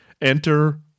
enter